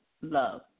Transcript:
love